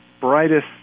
brightest